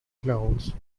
clowns